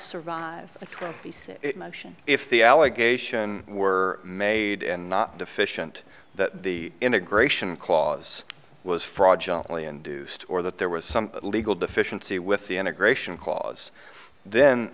motion if the allegation were made and not deficient that the integration clause was fraudulent only induced or that there was some legal deficiency with the enter gratian clause then